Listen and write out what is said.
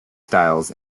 styles